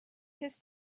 his